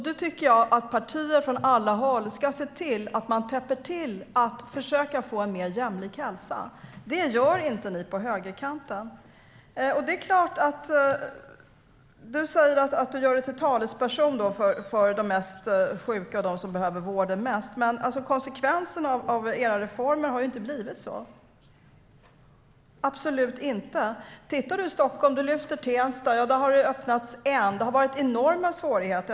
Då tycker jag att partier från alla håll ska se till att täppa till hålen och försöka få en mer jämlik hälsa. Det gör inte ni på högerkanten. Du säger att du gör dig till talesperson för de mest sjuka och dem som behöver vården mest. Men konsekvenserna av era reformer har inte blivit så - absolut inte. Titta på Stockholm! Du lyfter fram Tensta. Där har det öppnats en vårdcentral. Det har varit enorma svårigheter.